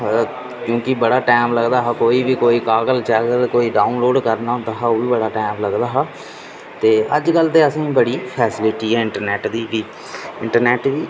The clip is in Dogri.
क्योकि बड़ा टाईम लगदा हा कोई बी कोई काकल शाकल कोई डाऊनलोड करना होंदा हा ओह् बी टाईम लगदा हा ते अज्ज कल्ल ते असेंगी बड़ी फैसलिटी ऐ इंटरनैट्ट दी इंटरनैट्ट